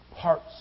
parts